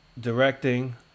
directing